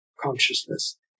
consciousness